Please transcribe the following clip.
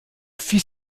fit